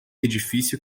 edifício